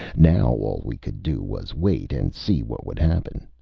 now all we could do was wait and see what would happen.